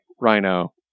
Rhino